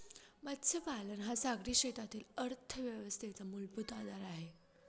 मत्स्यपालन हा सागरी क्षेत्रातील अर्थव्यवस्थेचा मूलभूत आधार आहे